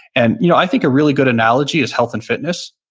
and you know i think a really good analogy is health and fitness.